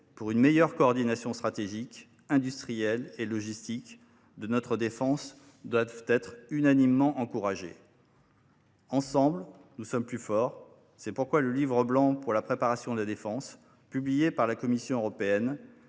pour une meilleure coordination stratégique, industrielle et logistique de notre défense. Ensemble, nous sommes plus forts. C’est pourquoi le livre blanc pour la préparation de la défense publié par la Commission européenne